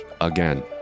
again